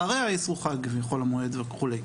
אחרי האסרו חג וחול המועד וכו'.